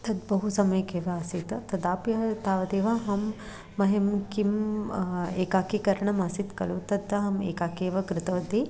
तद्बहु सम्यक् एव आसीत् तदापि तावदेव अहं मह्यं किम् एकाकीकरणम् आसीत् खलु तत् अहम् एकाकी एव कृतवती